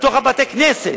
בתוך בתי-הכנסת,